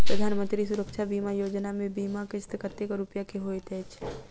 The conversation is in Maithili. प्रधानमंत्री सुरक्षा बीमा योजना मे बीमा किस्त कतेक रूपया केँ होइत अछि?